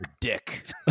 dick